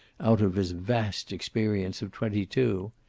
out of his vast experience of twenty-two.